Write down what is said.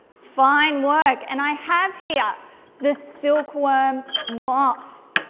fine work and i have here the silkworm moth.